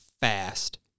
fast